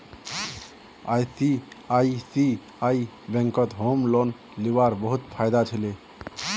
ICICI बैंकत home loan लीबार बहुत फायदा छोक